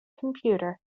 computer